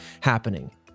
happening